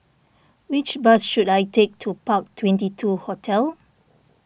which bus should I take to Park Twenty two Hotel